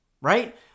right